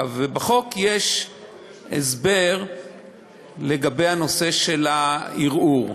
בחוק יש הסבר לגבי הנושא של הערעור,